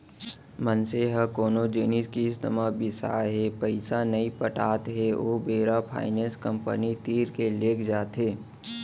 मनसे ह कोनो जिनिस किस्ती म बिसाय हे पइसा नइ पटात हे ओ बेरा फायनेंस कंपनी तीर के लेग जाथे